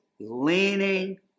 leaning